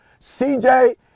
CJ